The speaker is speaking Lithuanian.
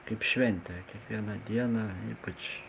kaip šventė kiekvieną dieną ypač